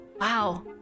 Wow